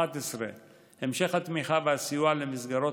המשך התמיכה והסיוע למסגרות